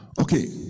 Okay